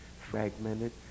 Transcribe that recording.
fragmented